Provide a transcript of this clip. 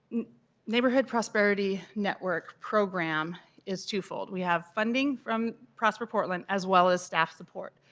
neighborhood prosperity network program is twofold. we have funding from prosper portland as well as staff support.